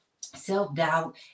Self-doubt